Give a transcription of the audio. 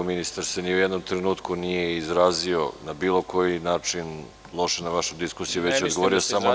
Ministar se ni u jednom trenutku nije izrazio na bilo koji način loše na vašu diskusiju, već je odgovorio samo na vaša pitanja.